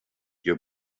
your